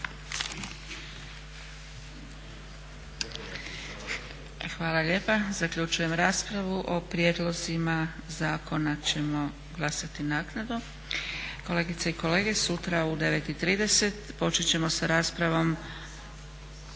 Hvala lijepa. Zaključujem raspravu. O prijedlozima zakona ćemo glasati naknadno. Kolegice i kolege, sutra u 9,30, počet ćemo sa raspravom